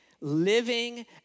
living